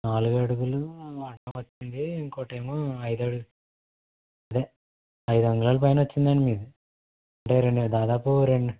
నాలుగు అడుగులు అడ్డమొచ్చింది ఇంకొకటేమో ఐదు అడుగులు అదే ఐదు అంగుళాలు పైనే వచ్చిందండి మీది అంటే రెం దాదాపు రెండు